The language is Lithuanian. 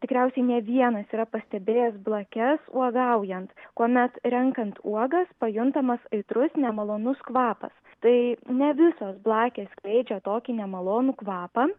tikriausiai ne vienas yra pastebėjęs blakes uogaujant kuomet renkant uogas pajuntamas aitrus nemalonus kvapas tai ne visos blakės skleidžia tokį nemalonų kvapą